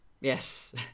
yes